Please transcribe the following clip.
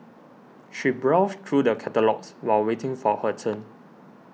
she browsed through the catalogues while waiting for her turn